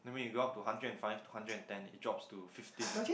that mean you go up to hundred and five to hundred and ten it drops to fifteen